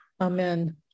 Amen